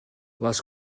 les